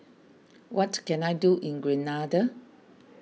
what can I do in Grenada